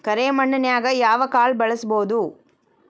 ಕರೆ ಮಣ್ಣನ್ಯಾಗ್ ಯಾವ ಕಾಳ ಬೆಳ್ಸಬೋದು?